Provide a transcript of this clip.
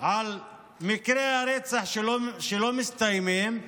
על מקרי הרצח שלא מסתיימים,